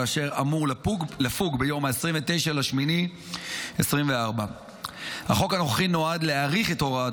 ואשר אמור לפוג ביום 29 באוגוסט 2024. החוק הנוכחי נועד להאריך את הוראת